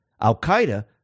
Al-Qaeda